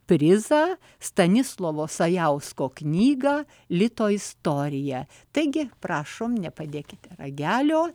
prizą stanislovo sajausko knygą lito istorija taigi prašom nepadėkite ragelio